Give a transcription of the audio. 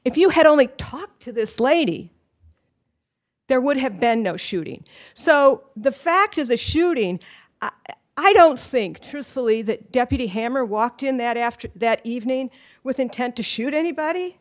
if you had only talked to this lady there would have been no shooting so the fact of the shooting i don't think truthfully that deputy hammer walked in that after that evening with intent to shoot anybody